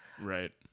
right